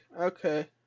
okay